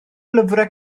lyfrau